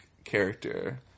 character